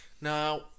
now